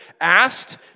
asked